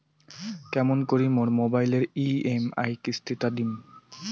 কেমন করি মোর মোবাইলের ই.এম.আই কিস্তি টা দিম?